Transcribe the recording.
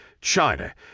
China